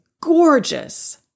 gorgeous